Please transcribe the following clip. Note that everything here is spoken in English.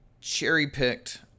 cherry-picked